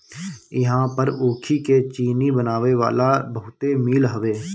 इहां पर ऊखी के चीनी बनावे वाला बहुते मील हवे